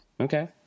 Okay